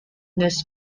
nests